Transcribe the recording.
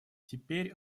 теперь